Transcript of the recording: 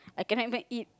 I cannot even eat